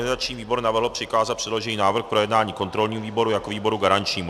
Organizační výbor navrhl přikázat předložený návrh k projednání kontrolnímu výboru jako výboru garančnímu.